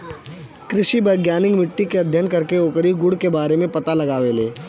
कृषि वैज्ञानिक मिट्टी के अध्ययन करके ओकरी गुण के बारे में पता लगावेलें